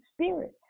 spirit